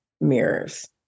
mirrors